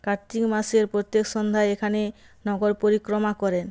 কার্ত্তিক মাসের প্রত্যেক সন্ধ্যায় এখানে নগর পরিক্রমা করেন